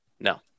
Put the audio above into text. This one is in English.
no